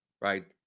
Right